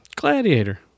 gladiator